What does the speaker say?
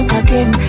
again